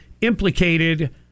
implicated